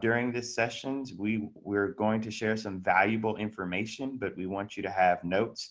during the sessions we were going to share some valuable information, but we want you to have notes,